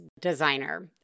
designer